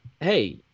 hey